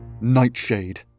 Nightshade